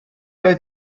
oedd